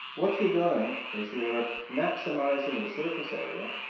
what you're doing is you're maximizing the surface area,